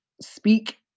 speak